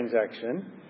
transaction